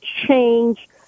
change